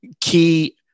key